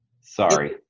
Sorry